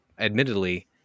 Admittedly